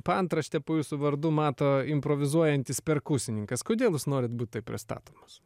paantraštę po jūsų vardu mato improvizuojantis perkusininkas kodėl jūs norit būt taip pristatomas